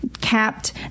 capped